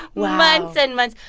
wow months and months.